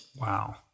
Wow